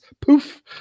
poof